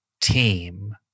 team